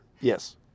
Yes